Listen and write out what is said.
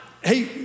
Hey